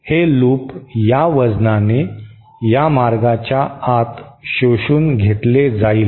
हे लूप या वजनाने या मार्गाच्या आत शोषून घेतले जाईल